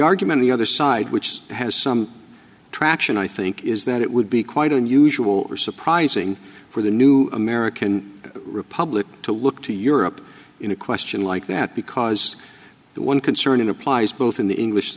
argument the other side which has some traction i think is that it would be quite unusual for surprising for the new american republic to look to europe in a question like that because the one concern in applies both in the english